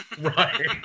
Right